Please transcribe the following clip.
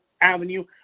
avenue